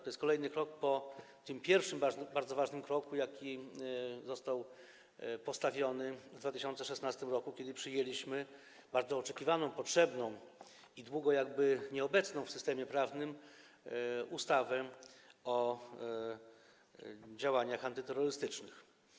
To jest kolejny krok po tym pierwszym bardzo ważnym kroku, jaki został poczyniony w 2016 r., kiedy przyjęliśmy bardzo oczekiwaną, potrzebną i długo nieobecną w systemie prawnym ustawę o działaniach antyterrorystycznych.